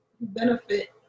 benefit